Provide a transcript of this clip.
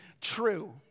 true